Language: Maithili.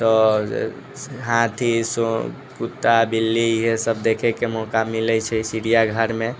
तऽ हाथी सू कुत्ता बिल्ली यही सब देखैके मौका मिलै छै चिड़िया घरमे